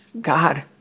god